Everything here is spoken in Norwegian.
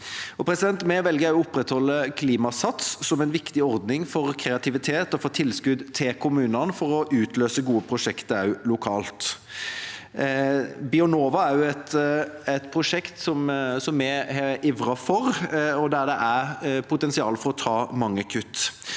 osv. Vi velger også å opprettholde Klimasats, som er en viktig ordning for kreativitet og tilskudd til kommunene for å utløse gode prosjekter også lokalt. Bionova er også et prosjekt vi har ivret for, der det er potensial for å ta mange kutt.